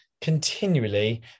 continually